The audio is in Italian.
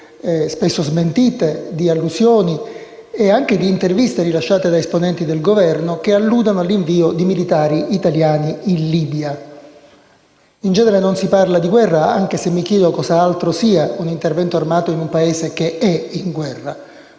spesso smentite, di allusioni e anche di interviste rilasciate da esponenti del Governo che alludono all'invio di militari italiani in Libia. In genere non si parla di guerra, anche se mi chiedo cos'altro sia un intervento armato in un Paese che è in guerra,